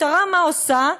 מה עושה המשטרה?